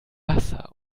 wasser